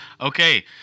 Okay